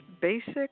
basic